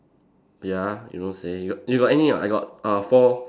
ya you don't say you you got any or not I got uh four